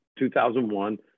2001